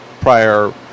prior